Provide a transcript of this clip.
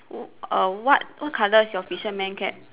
w~ err what what colour is your fisherman cap